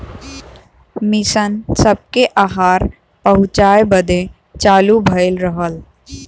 mission सबके आहार पहुचाए बदे चालू भइल रहल